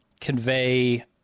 convey